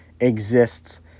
exists